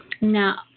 Now